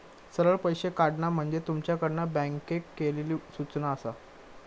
सरळ पैशे काढणा म्हणजे तुमच्याकडना बँकेक केलली सूचना आसा